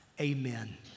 Amen